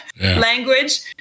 language